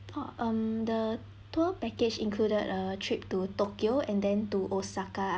ah um the tour package included a trip to tokyo and then to osaka